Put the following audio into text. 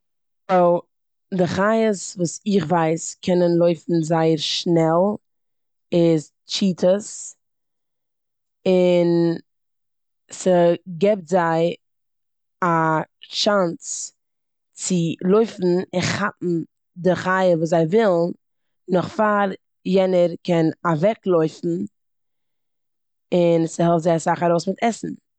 די חיות וואס איך ווייס קענען לויפן זייער שנעל איז טשיטאס און ס'גיבט זיי א שאנס צו לויפן און כאפן די חי וואס זיי ווילן נאך פאר יענער קען אוועקלויפן און ס'העלט זיי אסאך ארויס מיט עסן.